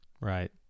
right